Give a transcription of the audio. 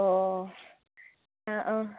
अ'